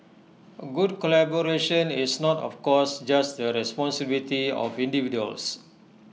good collaboration is not of course just the responsibility of individuals